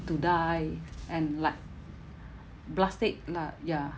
to die and like plastic lah ya